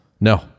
No